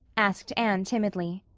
asked anne timidly.